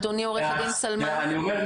ואני אומר,